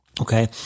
Okay